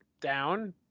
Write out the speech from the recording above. down